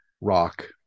rock